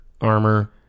armor